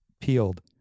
peeled